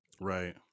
right